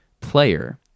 player